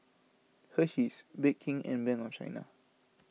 Hersheys Bake King and Bank of China